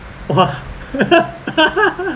!wah!